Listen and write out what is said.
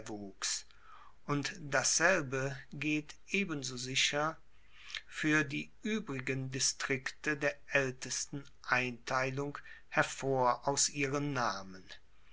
und dasselbe geht ebenso sicher fuer die uebrigen distrikte der aeltesten einteilung hervor aus ihren namen